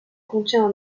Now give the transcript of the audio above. contient